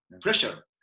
pressure